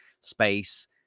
space